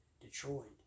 Detroit